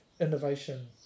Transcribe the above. innovation